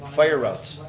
fire routes.